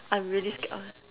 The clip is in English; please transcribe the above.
I'm really scared of